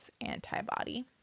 antibody